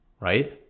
Right